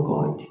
God